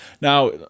Now